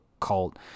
cult